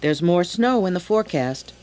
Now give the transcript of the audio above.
there's more snow in the forecast